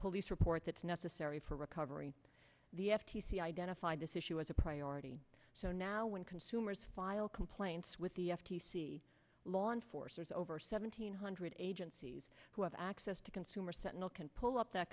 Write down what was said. police report that's necessary for recovery the f t c identified this issue as a priority so now when consumers file complaints with the f t c law enforcers over seven hundred agencies who have access to consumer sentinel can pull up that